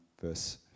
verse